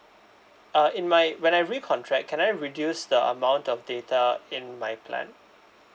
uh it might when I recontract can I reduce the amount of data in my plan